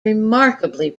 remarkably